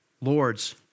lords